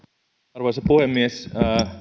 arvoisa puhemies